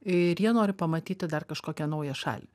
ir jie nori pamatyti dar kažkokią naują šalį